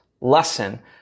lesson